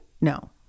No